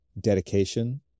dedication